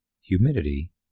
Humidity